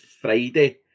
Friday